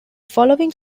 following